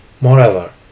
Moreover